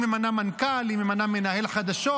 היא ממנה מנכ"ל, היא ממנה מנהל חדשות,